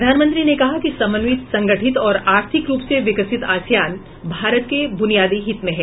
प्रधानमंत्री ने कहा कि समन्वित संगठित और आर्थिक रूप से विकसित आसियान भारत के बुनियादी हित में है